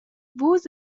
vus